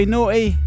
Naughty